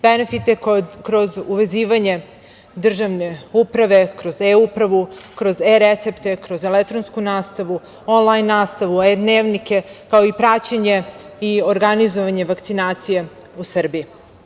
Benefite kroz uvezivanje državne uprave, kroz eUpravu, kroz eRecepte, kroz elektronsku nastavu, onlajn nastavu, eDnevnike, kao i praćenje i organizovanje vakcinacije u Srbiji.